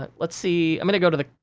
but let's see, i'm gonna go to the,